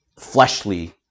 fleshly